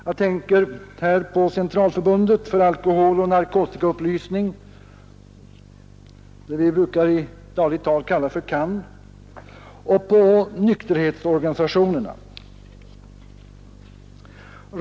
Jag tänker här på Centralförbundet för alkoholoch narkotikaupplysning och på nykterhetsorganisationerna.